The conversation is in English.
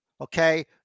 Okay